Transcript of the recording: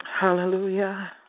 Hallelujah